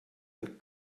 and